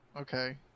Okay